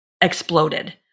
exploded